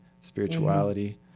spirituality